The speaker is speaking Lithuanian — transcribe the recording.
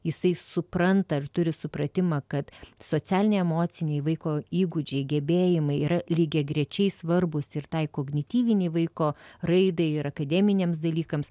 jisai supranta ir turi supratimą kad socialiniai emociniai vaiko įgūdžiai gebėjimai yra lygiagrečiai svarbūs ir tai kognityvinei vaiko raidai ir akademiniams dalykams